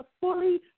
fully